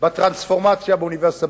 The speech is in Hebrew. בטרנספורמציה באוניברסיטת בן-גוריון.